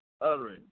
uttering